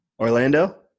Orlando